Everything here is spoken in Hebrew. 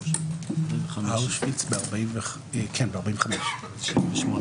בשבט התשפ"ג, השעה